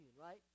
right